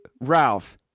Ralph